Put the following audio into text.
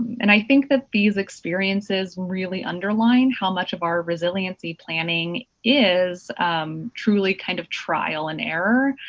and i think that these experiences really underline how much of our resiliency planning is truly kind of trial and error,